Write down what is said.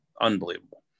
unbelievable